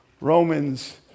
Romans